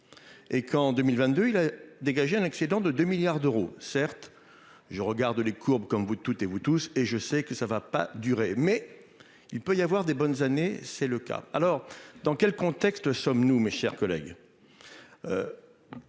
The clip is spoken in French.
Et qu'en 2022, il a dégagé un excédent de 2 milliards d'euros, certes. Je regarde les courbes comme vous toutes et vous tous et je sais que ça va pas durer mais il peut y avoir des bonnes années. C'est le cas, alors dans quel contexte sommes nous. Mes chers collègues.